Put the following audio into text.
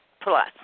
plus